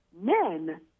men